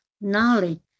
knowledge